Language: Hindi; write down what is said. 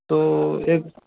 तो एक